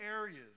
areas